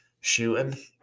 shooting